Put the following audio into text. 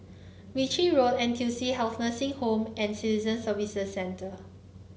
Ritchie Road N T U C Health Nursing Home and Citizen Services Centre